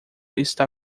está